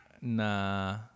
nah